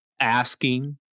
asking